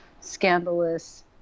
scandalous